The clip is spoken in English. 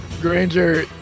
Granger